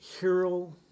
hero